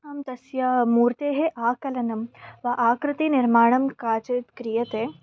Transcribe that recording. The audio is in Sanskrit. आम् तस्य मूर्तेः आकलनं वा आकृतिनिर्माणं काचित् क्रियते